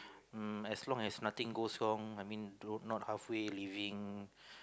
um as long as nothing goes wrong I mean not halfway leaving